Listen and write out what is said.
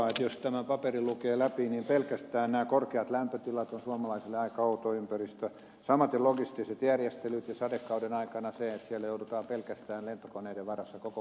jos tämän paperin lukee läpi niin pelkästään nämä korkeat lämpötilat ovat suomalaisille aika outo ympäristö samaten logistiset järjestelyt ja sadekauden aikana se että siellä joudutaan pelkästään lentokoneiden varassa koko huolto järjestämään